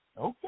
okay